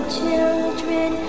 children